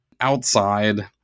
Outside